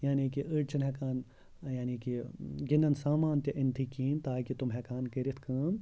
یعنی کہِ أڑۍ چھِنہٕ ہیٚکان یعنی کہِ گِنٛدَن سامان تہِ أنتھٕے کِہیٖنۍ تاکہِ تِم ہیٚکہٕ ہَن کٔرِتھ کٲم